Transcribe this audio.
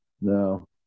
No